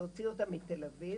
להוציא אותם מתל אביב,